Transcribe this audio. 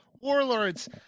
warlords